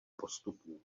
postupů